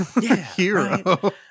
hero